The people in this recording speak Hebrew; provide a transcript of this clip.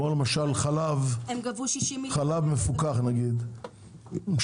כמו למשל חלב מפוקח נגיד,